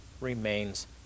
remains